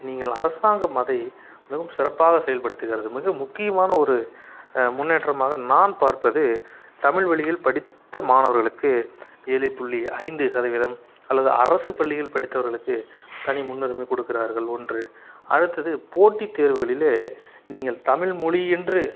நீங்கள் அரசாங்கம் அதை மிகவும் சிறப்பாக செயல்படுத்துகிறது மிக முக்கியமான ஒரு முன்னேற்றமாக நான் பார்ப்பது தமிழ் வழியில் படித்த மாணவர்களுக்கு ஏழு புள்ளி ஐந்து சதவீதம் அல்லது அரசு பள்ளியில் படித்தவர்களுக்கு தனி முன்னுரிமை கொடுக்கிறார்கள் ஒன்று அடுத்தது போட்டி தேர்வுகளில் நீங்கள் தமிழ் மொழி என்று